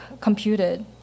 computed